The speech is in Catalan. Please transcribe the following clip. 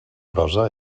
prosa